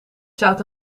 zout